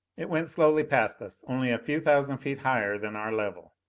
it went slowly past us, only a few thousand feet higher than our level.